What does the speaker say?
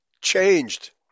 changed